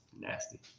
Nasty